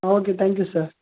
ah okay thank you sir